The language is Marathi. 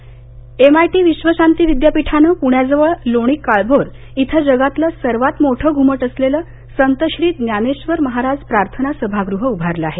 घुमट एमआयटी विश्व शांती विद्यापीठानं पुण्याजवळ लोणी काळभोर इथं जगातलं सर्वात मोठ घुमट असलेलं संत श्री ज्ञानेश्वर महाराज प्रार्थना सभागृह उभारलं आहे